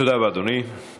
תודה רבה, אדוני.